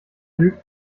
lügt